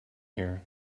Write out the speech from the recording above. here